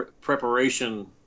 preparation